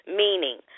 meaning